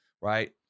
right